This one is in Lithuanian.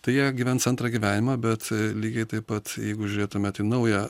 tai jie gyvens antrą gyvenimą bet e lygiai taip pat jeigu žiūrėtumėt į naują